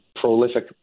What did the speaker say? prolific